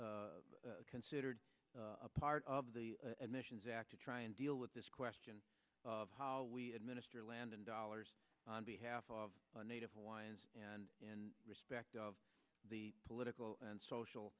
considered a part of the admissions act to try and deal with this question of how we administer land and dollars on behalf of a native hawaiians and in respect of the political and